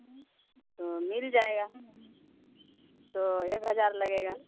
تو مل جائے گا تو ایک ہزار لگے گا